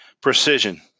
precision